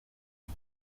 z’i